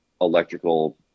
electrical